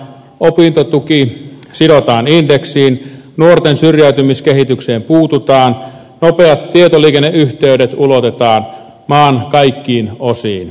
perusturvaa korotetaan opintotuki sidotaan indeksiin nuorten syrjäytymiskehitykseen puututaan nopeat tietoliikenneyhteydet ulotetaan maan kaikkiin osiin